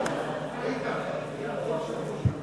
קבוצת